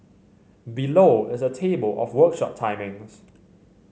below is a table of workshop timings